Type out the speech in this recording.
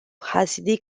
hasidic